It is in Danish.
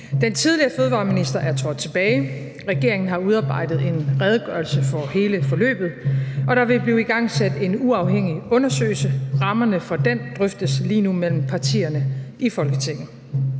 Den tidligere fødevareminister er trådt tilbage. Regeringen har udarbejdet en redegørelse for hele forløbet, og der vil blive igangsat en uafhængig undersøgelse. Rammerne for den drøftes lige nu mellem partierne i Folketinget.